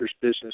Business